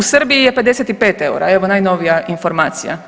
U Srbiji je 55 EUR-a, evo najnovija informacija.